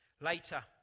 Later